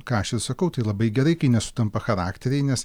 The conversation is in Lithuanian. ką aš ir sakau tai labai gerai kai nesutampa charakteriai nes